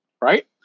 right